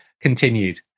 continued